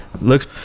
looks